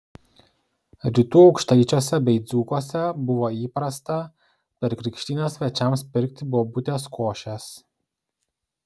rytų aukštaičiuose bei dzūkuose buvo įprasta per krikštynas svečiams pirkti bobutės košės